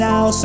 Now